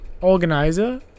organizer